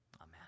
Amen